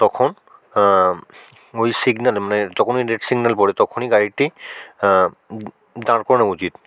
তখন ওই সিগনালে মানে যখন ওই রেড সিগনাল পড়ে তখনই গাড়িটি দাঁড় করানো উচিত